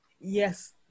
Yes